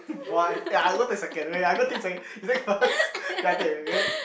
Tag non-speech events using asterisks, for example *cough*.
*laughs* why ya I love the second wait wait I go take the second *laughs* you like first then I take okay